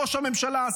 ראש הממשלה,